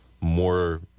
more